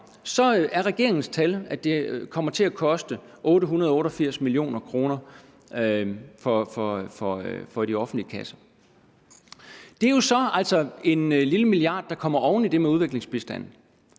siger regeringens tal, at det kommer til at koste 888 mio. kr. for de offentlige kasser. Det er jo altså så en lille milliard kroner, der kommer oven i det med udviklingsbistanden.